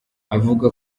avuga